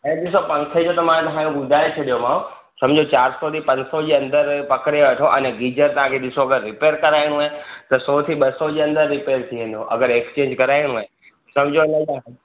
ऐं ॾिसो पंखे जो त मां हाणे ॿुधाए छॾियोमांव सम्झो चारि सौ पंज सौ जे अंदरु पकड़े वठो अने गीजर तांखे ॾिसो अगरि रिपेयर कराएणो आए त सौ थे ॿ सौ जे अंदर रिपेयर थी वेंदो अगरि एक्सचेंज कराइणो आहे सम्झो इन लाइ